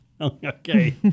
Okay